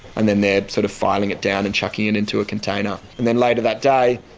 and then they're sort of filing it down and chucking it into a container. and then later that day,